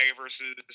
versus